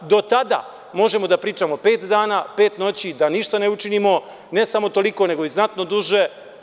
Do tada možemo da pričamo pet dana, pet noći, da ništa da ne učinimo, i ne samo toliko, nego znatno duže.